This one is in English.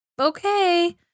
okay